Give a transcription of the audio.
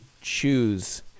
choose